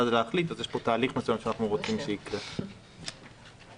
לשנת 2020.״ ; אנחנו רוצים להאריך את זה ל-15 באוקטובר.